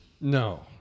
No